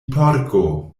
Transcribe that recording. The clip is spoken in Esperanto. porko